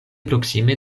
proksime